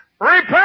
Repent